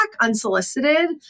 unsolicited